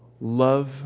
love